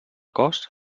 cos